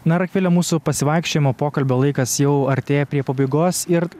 na ir akvilė mūsų pasivaikščiojimo pokalbio laikas jau artėja prie pabaigos ir